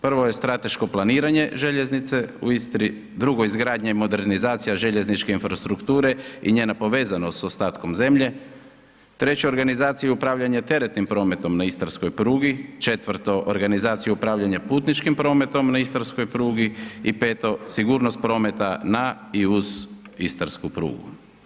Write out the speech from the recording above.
Prvo je strateško planiranje željeznice u Istri, drugo izgradnja i modernizacija željezničke infrastrukture i njena povezanost s ostatkom zemlje, treće organizacija i upravljanje teretnim prometom na Istarskoj prugi, četvrto organizacija upravljanja putničkim prometom na Istarskoj prugi i peto sigurnost prometa na i uz Istarsku prugu.